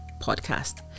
podcast